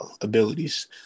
abilities